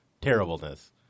terribleness